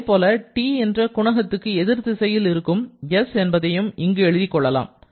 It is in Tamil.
அதேபோல Tஎன்ற குணகத்துக்கு எதிர் திசையில் இருக்கும் s என்பதையும் இங்கு எழுதிக் கொள்ளலாம்